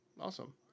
awesome